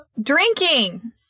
Drinking